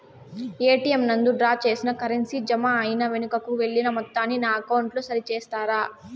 ATM నందు draw చేసిన currency జామ అయి వెనుకకు వెళ్లిన మొత్తాన్ని నా అకౌంట్ లో సరి చేస్తారా?